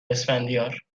اسفندیار